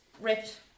ripped